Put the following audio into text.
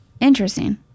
Interesting